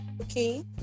Okay